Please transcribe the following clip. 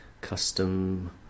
custom